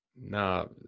No